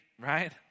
right